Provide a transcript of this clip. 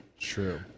True